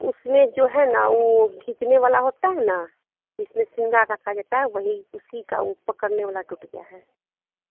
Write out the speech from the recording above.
उसमें जो है ना वो खींचने वाला होता है ना जिसमें श्रिंगार रखा जाता है वही उसी का वो पकड़ने वाला टूट गया है